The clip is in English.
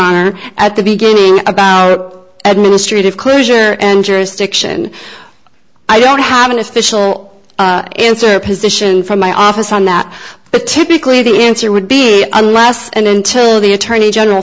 honor at the beginning about administrative closure and jurisdiction i don't have an official answer position from my office on that but typically the answer would be i last until the attorney general